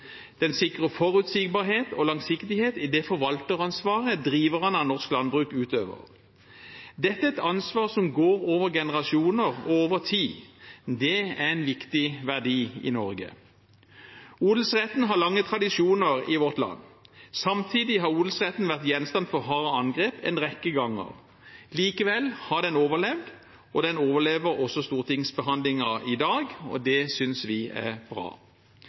i det forvalteransvaret driverne av norsk landbruk utøver. Dette er et ansvar som går over generasjoner og over tid. Det er en viktig verdi i Norge. Odelsretten har lange tradisjoner i vårt land. Samtidig har odelsretten vært gjenstand for harde angrep en rekke ganger. Likevel har den overlevd, og den overlever også stortingsbehandlingen i dag, og det synes vi er bra.